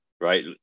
right